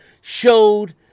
showed